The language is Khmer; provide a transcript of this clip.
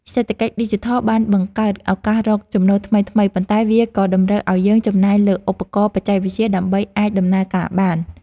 សេដ្ឋកិច្ចឌីជីថលបានបង្កើតឱកាសរកចំណូលថ្មីៗ ប៉ុន្តែវាក៏តម្រូវឱ្យយើងចំណាយលើឧបករណ៍បច្ចេកវិទ្យាដើម្បីអាចដំណើរការបាន។